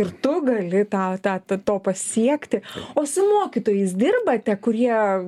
ir tu gali tą tą to pasiekti o su mokytojais dirbate kurie